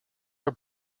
are